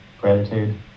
gratitude